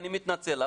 אני מתנצל,